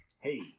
hey